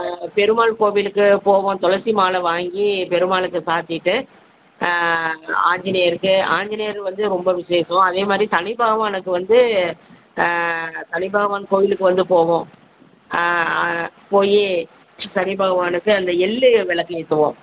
பெருமாள் கோவிலுக்கு போவோம் துளசி மாலை வாங்கி பெருமாளுக்கு சாத்திட்டு ஆஞ்சநேயருக்கு ஆஞ்சநேயரு வந்து ரொம்ப விசேஷம் அதே மாதிரி சனிபாகவனுக்கு வந்து சனிபாகவான் கோவிலுக்கு வந்து போவோம் போய் சனிபாகவனுக்கு அந்த எள்ளு விளக்கு ஏற்றுவோம்